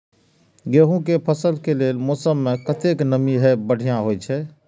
गेंहू के फसल के लेल मौसम में कतेक नमी हैब बढ़िया होए छै?